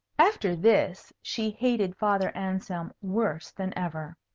after this, she hated father anselm worse than ever.